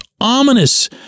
ominous